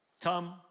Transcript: Tom